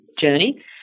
journey